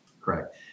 Correct